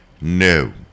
no